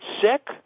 sick